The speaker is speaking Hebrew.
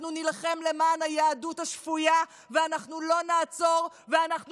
אנחנו נילחם למען היהדות השפויה ואנחנו לא נעצור ואנחנו